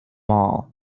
all